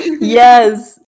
Yes